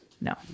No